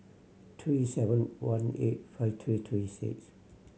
three seven one eight five three three six